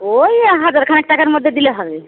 ওই হাজার খানেক টাকার মধ্যে দিলে হবে